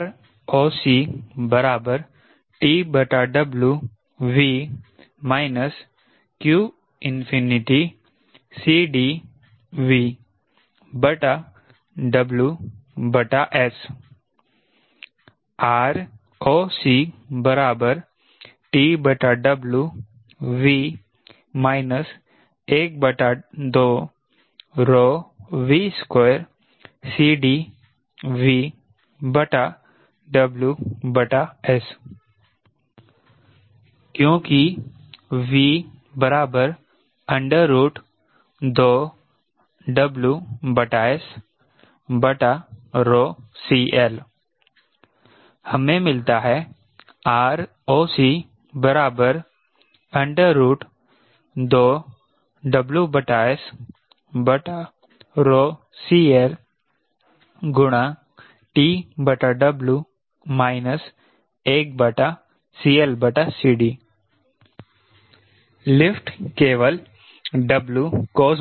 ROC V qCDVWS ROC V 12V2CDVWS क्योंकि V 2WSCL हमें मिलता है ROC 2WSCL TW 1CLCD lift केवल Wcos